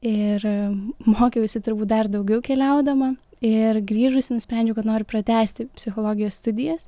ir mokiausi turbūt dar daugiau keliaudama ir grįžusi nusprendžiau kad noriu pratęsti psichologijos studijas